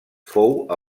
fou